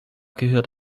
gehört